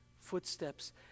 footsteps